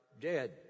dead